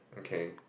okay